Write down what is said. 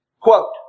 Quote